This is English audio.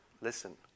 listen